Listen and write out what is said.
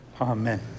Amen